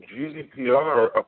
GDPR